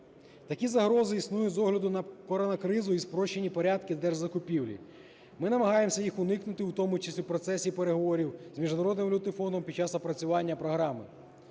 Такі загрози існують з огляду на коронакризу і спрощені порядки держзакупівлі. Ми намагаємося їх уникнути, у тому числі в процесі переговорів з Міжнародним валютним фондом під час опрацювання програми.